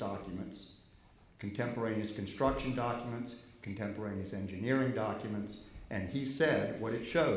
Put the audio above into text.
documents contemporaneous construction documents contemporaneous engineering documents and he said what it show